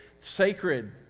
sacred